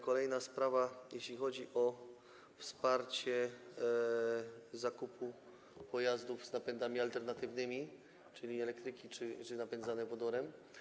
Kolejna sprawa, jeśli chodzi o wsparcie zakupu pojazdów z napędami alternatywnymi, czyli elektrycznych czy napędzanych wodorem.